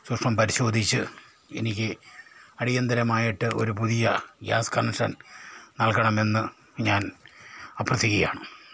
പരിശോധിച്ച് എനിക്ക് അടിയന്തിരമായിട്ട് ഒരു പുതിയ ഗ്യാസ് കണക്ഷൻ നൽകണമെന്ന് ഞാൻ അഭ്യർത്ഥിക്കുകയാണ്